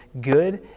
good